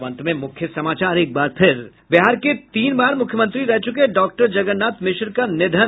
और अब अंत में मुख्य समाचार एक बार फिर बिहार के तीन बार मुख्यमंत्री रह चुके डॉक्टर जगन्नाथ मिश्र का निधन